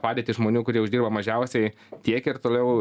padėtį žmonių kurie uždirba mažiausiai tiek ir toliau